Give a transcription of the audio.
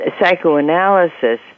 psychoanalysis